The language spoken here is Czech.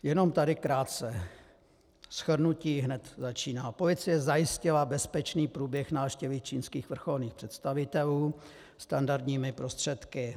Jenom tady krátce, shrnutí hned začíná: Policie zajistila bezpečný průběh návštěvy čínských vrcholných představitelů standardními prostředky.